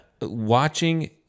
Watching